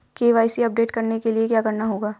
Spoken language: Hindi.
के.वाई.सी अपडेट करने के लिए क्या करना होगा?